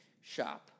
shop